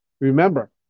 remember